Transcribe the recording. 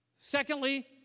Secondly